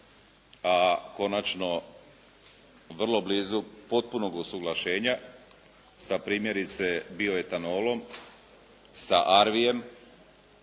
a konačno vrlo blizu potpunog usuglašenja sa primjerice Bio etanolom, sa Arvijem,